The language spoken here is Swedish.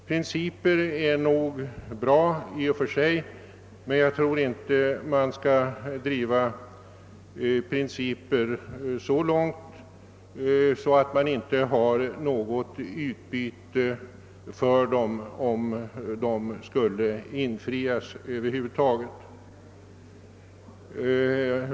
Principer är nog bra i och för sig, men jag tror inte att man skall driva principer så långt att man inte får något utbyte av dem om de över huvud taget skulle bli antagna.